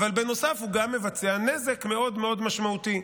אבל בנוסף הוא מבצע נזק מאוד מאוד משמעותי,